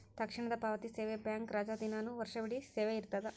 ತಕ್ಷಣದ ಪಾವತಿ ಸೇವೆ ಬ್ಯಾಂಕ್ ರಜಾದಿನಾನು ವರ್ಷವಿಡೇ ಸೇವೆ ಇರ್ತದ